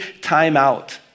timeout